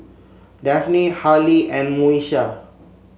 Daphne Harley and Moesha